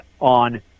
on